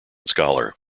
scholar